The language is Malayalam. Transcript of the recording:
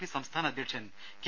പി സംസ്ഥാന അധ്യക്ഷൻ കെ